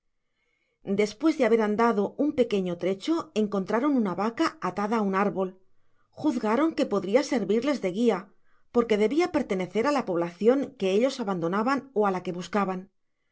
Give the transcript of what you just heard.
despues de haber andado un pequeño trecho encontraron una vaca atada á un árbol juzgaron que podria servirles de guia porque debia pertenecer á la poblacion que ellos abandonaban ó á la que buscaban